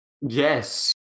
Yes